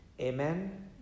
Amen